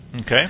Okay